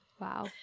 Wow